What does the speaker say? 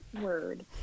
word